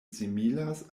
similas